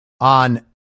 on